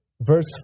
Verse